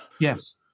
Yes